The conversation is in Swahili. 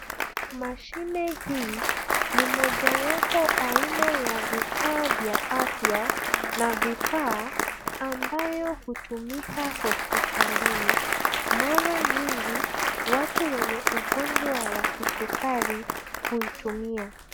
Mashine hii ni mojawapo aina ya vifaa vya afya na vifaa ambayo hutumika hospitalini. Mara nyingi, watu wenye ugonjwa kwa kisukari huitumia.